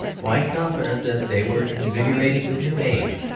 quite confident that they were invigorating the new age,